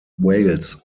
wales